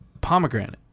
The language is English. pomegranate